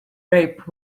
rape